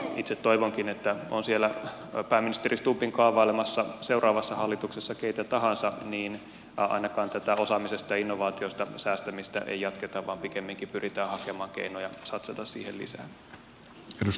itse toivonkin että on siellä pääministeri stubbin kaavailemassa seuraavassa hallituksessa keitä tahansa niin ainakaan tätä osaamisesta ja innovaatioista säästämistä ei jatketa vaan pikemminkin pyritään hakemaan keinoja satsata siihen lisää